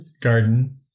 garden